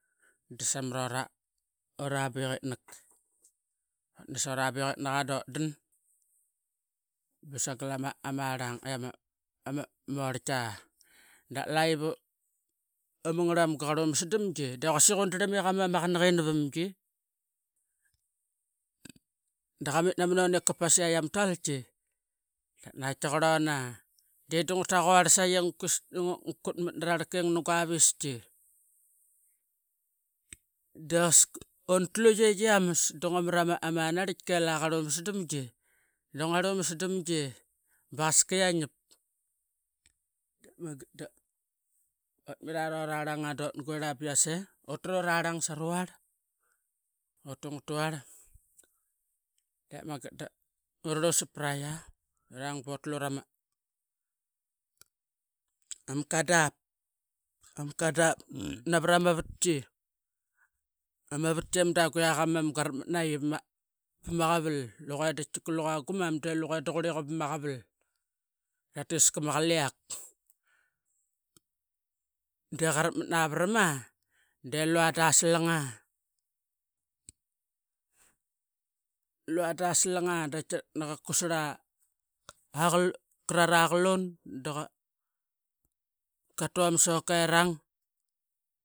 Dasamat urarabiqitnak. Utnas ura biqitnat dotdan basangal ama rangal ama orlki laiva dapla iv amangar mamga qa rumasdangi de quasik undram i gamu ama qanaqini vamgi daqamit namanon ip kapas tiyiet ama talki ngutaquarsoqi quis ngua kutimat nararking na guaviski de untlu ee iyamas. Dunga mara ama naraitka i laqa rumasdamgi dangua rumasdamgi baqasaka iyep dep mangat dotmitra rora rang uttiarang saruar utungat tuar de mangat da utru urusap praiqi urang botlurama kadap navat ama vatki ama vatki mudu guaik ama mam garakmatnaqi pamaqavel. Luqa de luqa gumam de ququrea vamagavel tatiska ma qaliak deqa rakmat navarama delua da slanga lua da slanga nani kusra qaluna daqa tumama sokerang.